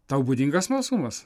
tau būdingas smalsumas